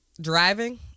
Driving